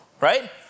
Right